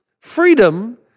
freedom